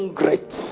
great